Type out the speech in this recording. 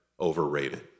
overrated